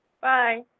Bye